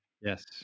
Yes